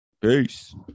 Peace